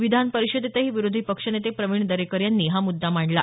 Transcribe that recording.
विधान परिषदेतही विरोधी पक्षनेते प्रवीण दरेकर यांनी हा मुद्दा मांडला